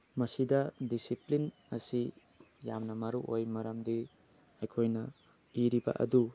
ꯃꯁꯤꯗ ꯗꯤꯁꯤꯄ꯭ꯂꯤꯟ ꯑꯁꯤ ꯌꯥꯝꯅ ꯃꯔꯨ ꯑꯣꯏ ꯃꯔꯝꯗꯤ ꯑꯩꯈꯣꯏꯅ ꯏꯔꯤꯕ ꯑꯗꯨ